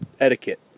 etiquette